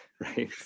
Right